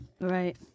Right